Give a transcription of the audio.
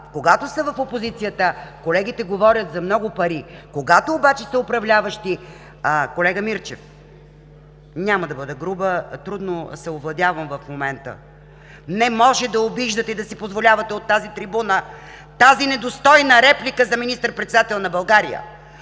когато са в опозицията, колегите говорят за много пари. Когато обаче са управляващи… Колега Мирчев, няма да бъда груба, трудно се овладявам в момента. Не може да обиждате и да си позволявате от тази трибуна тази недостойна реплика за министър-председателя на България.